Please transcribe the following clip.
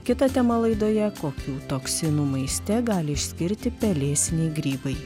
kita tema laidoje kokių toksinų maiste gali išskirti pelėsiniai grybai